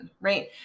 right